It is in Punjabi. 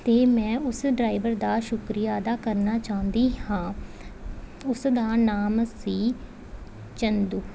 ਅਤੇ ਮੈਂ ਉਸ ਡਰਾਈਵਰ ਦਾ ਸ਼ੁਕਰੀਆ ਅਦਾ ਕਰਨਾ ਚਾਹੁੰਦੀ ਹਾਂ ਉਸ ਦਾ ਨਾਮ ਸੀ ਚੰਦੂ